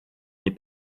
nie